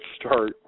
start